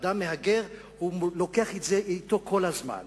אדם מהגר לוקח את זה אתו כל הזמן,